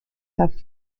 have